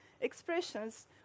expressions